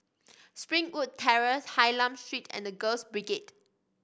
Springwood Terrace Hylam Street and The Girls Brigade